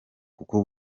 kuko